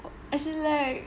as in like